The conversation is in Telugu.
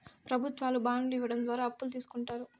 ప్రభుత్వాలు బాండ్లు ఇవ్వడం ద్వారా అప్పులు తీస్కుంటారు